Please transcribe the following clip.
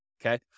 okay